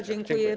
Dziękuję.